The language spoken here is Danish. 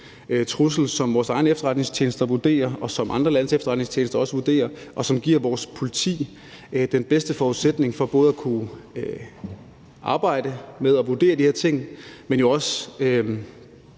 trussel, som vores egne efterretningstjenester vurderer og som andre landes efterretningstjenester også vurderer der er, ved at give vores politi den bedste forudsætning for at kunne arbejde med at vurdere de her ting og altså